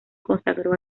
consagró